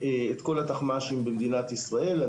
את כל התחמ"שים במדינת ישראל.